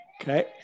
Okay